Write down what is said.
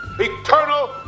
Eternal